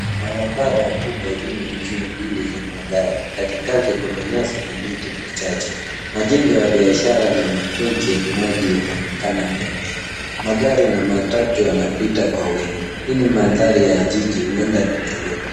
Barabara kubwa ina njia mbili za magari. Katikati kuna miti na majengo ya biashara na matengi ya maji yanaonekana pembeni. Magari na matatu yanapita kwa wingi. Hii ni mandhari ya jiji huenda ni Nairobi.